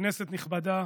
כנסת נכבדה,